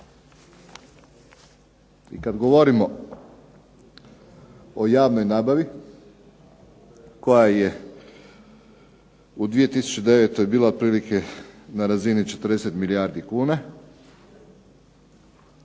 I kada govorimo o javnoj nabavi koja je u 2009. bila otprilike na razini od 40 milijardi kuna.